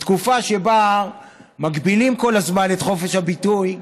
בתקופה שבה מגבילים כל הזמן את חופש הביטוי?